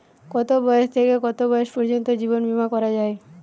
কতো বয়স থেকে কত বয়স পর্যন্ত জীবন বিমা করা যায়?